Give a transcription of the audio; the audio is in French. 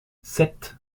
sept